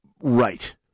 right